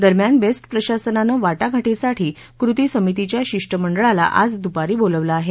दरम्यान बेस्ट प्रशासनानं वाटाघाटीसाठी कृती समितीच्या शिष्टमंडळाला आज द्पारी बोलावलं आहे